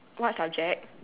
what subject